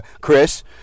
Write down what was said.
Chris